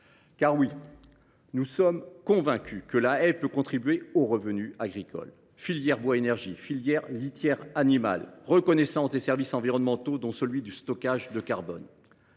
Car oui, nous sommes convaincus que la haie peut être une source de revenus agricoles : filière bois énergie, filière litière animale, reconnaissance des services environnementaux, dont celui du stockage de carbone,